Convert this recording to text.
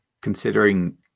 considering